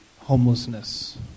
Homelessness